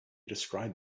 described